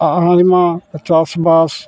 ᱟᱭᱢᱟ ᱪᱟᱥᱵᱟᱥ